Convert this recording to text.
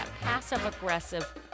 passive-aggressive